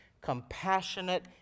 compassionate